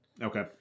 Okay